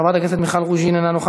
חברת הכנסת מיכל רוזין, אינה נוכחת.